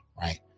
Right